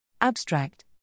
Abstract